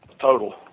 total